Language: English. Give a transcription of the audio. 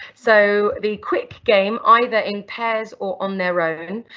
so the quick game, either in pairs, or on their own,